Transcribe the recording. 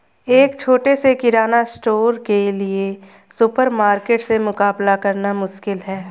एक छोटे से किराना स्टोर के लिए सुपरमार्केट से मुकाबला करना मुश्किल है